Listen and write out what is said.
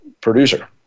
producer